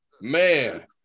Man